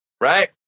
Right